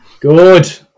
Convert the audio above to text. Good